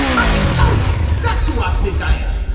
i just told you that's who i think i am.